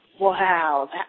Wow